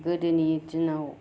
गोदोनि दिनाव